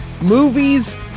movies